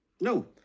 No